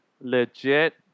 Legit